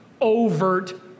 overt